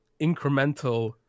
incremental